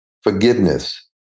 forgiveness